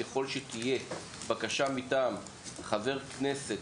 ככל שתהיה בקשה מטעם חבר כנסת,